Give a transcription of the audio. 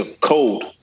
cold